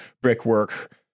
brickwork